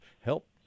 help